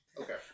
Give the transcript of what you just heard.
Okay